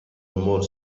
more